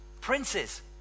princes